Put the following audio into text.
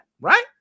right